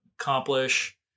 accomplish